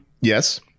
yes